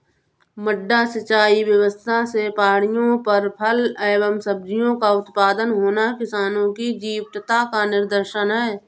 मड्डा सिंचाई व्यवस्था से पहाड़ियों पर फल एवं सब्जियों का उत्पादन होना किसानों की जीवटता का निदर्शन है